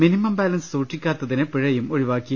minimum balance സൂക്ഷിക്കാത്തിന് പിഴയും ഒഴിവാക്കി